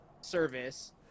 service